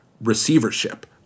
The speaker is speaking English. receivership